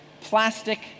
plastic